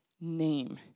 name